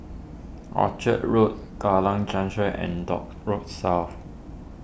Orchard Road Kallang Junction and Dock Road South